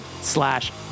slash